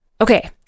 Okay